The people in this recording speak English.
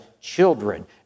children